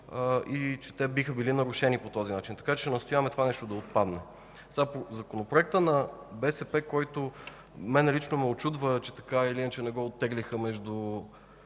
и че те биха били нарушени по този начин. Ще настояваме това нещо да отпадне. По Законопроекта на БСП, което мен лично ме учудва е, че, така или иначе, не го оттеглиха поне